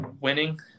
winning